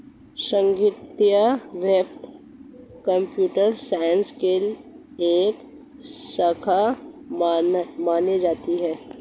संगणकीय वित्त computer science की एक शाखा मानी जाती है